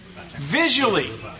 Visually